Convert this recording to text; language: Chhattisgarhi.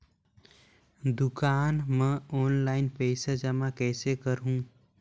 दुकान म ऑनलाइन पइसा जमा कइसे करहु?